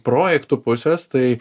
projektų pusės tai